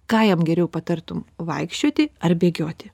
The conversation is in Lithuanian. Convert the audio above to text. ką jam geriau patartum vaikščioti ar bėgioti